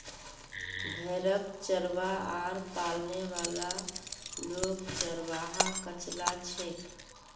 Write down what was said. भेड़क चरव्वा आर पालने वाला लोग चरवाहा कचला छेक